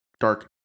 dark